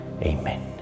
Amen